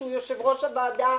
שהוא יושב-ראש הוועדה,